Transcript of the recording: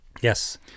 Yes